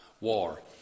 war